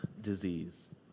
disease